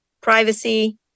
privacy